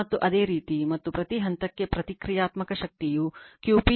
ಮತ್ತು ಅದೇ ರೀತಿ ಮತ್ತು ಪ್ರತಿ ಹಂತಕ್ಕೆ ಪ್ರತಿಕ್ರಿಯಾತ್ಮಕ ಶಕ್ತಿಯು Q p Vp I p sin ಆಗಿರುತ್ತದೆ